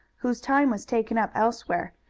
whose time was taken up elsewhere,